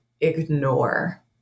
ignore